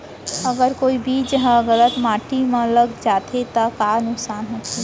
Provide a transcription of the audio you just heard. अगर कोई बीज ह गलत माटी म लग जाथे त का नुकसान होथे?